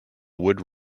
wood